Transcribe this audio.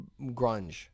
grunge